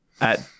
at-